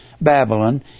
Babylon